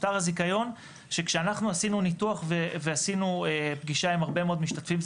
שטר הזיכיון זה כשאנחנו עשינו ניתוח ועשינו פגישה עם הרבה מאוד משתתפים,